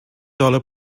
dollar